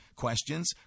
Questions